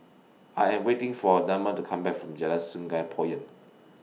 I Am waiting For Damon to Come Back from Jalan Sungei Poyan